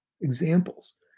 Examples